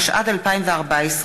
התשע"ד 2014,